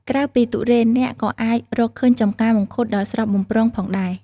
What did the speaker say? ក្រៅពីទុរេន អ្នកក៏អាចរកឃើញចម្ការមង្ឃុតដ៏ស្រស់បំព្រងផងដែរ។